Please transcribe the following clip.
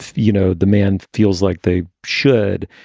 ah you know, the man feels like they should.